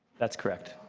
that's correct.